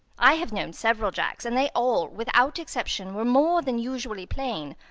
i have known several jacks, and they all, without exception, were more than usually plain.